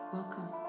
Welcome